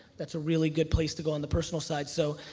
that's a really good place to go on the personal side. so,